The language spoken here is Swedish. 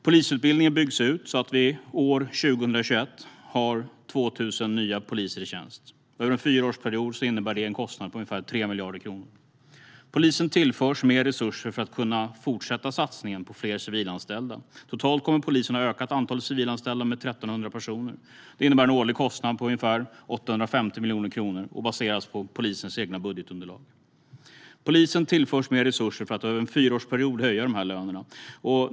Polisutbildningen byggs ut så att vi år 2021 har 2 000 nya poliser i tjänst. Över en fyraårsperiod innebär det en kostnad på ungefär 3 miljarder kronor. Polisen tillförs mer resurser för att kunna fortsätta satsningen på fler civilanställda. Totalt kommer polisen att ha ökat antalet civilanställda med 1 300 personer. Det innebär en årlig kostnad på ungefär 850 miljoner kronor, och det baseras på polisens egna budgetunderlag. Polisen tillförs mer resurser för att över en fyraårsperiod höja lönerna.